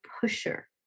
pusher